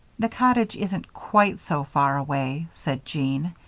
the cottage isn't quite so far away, said jean.